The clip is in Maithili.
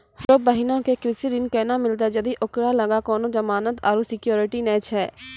हमरो बहिनो के कृषि ऋण केना मिलतै जदि ओकरा लगां कोनो जमानत आरु सिक्योरिटी नै छै?